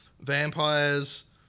Vampires